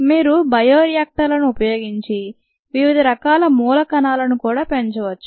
మీరు బయో రియాక్టర్లను వినియోగించి వివిధ రకాల మూలకణాలను కూడా పెంచవచ్చు